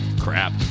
Crap